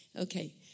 Okay